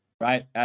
right